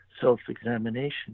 self-examination